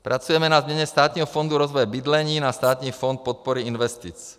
Pracujeme na změně Státního fondu rozvoje bydlení na Státní fond podpory investic.